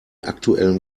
aktuellen